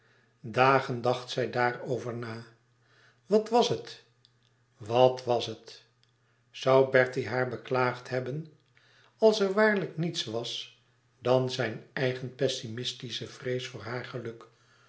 dagen dacht zij daarover na wat was het wàt was het zou bertie haar beklaagd hebben als er waarlijk niets was dan zijne eigen pessimistische vrees voor haar geluk